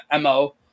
MO